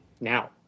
now